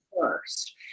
first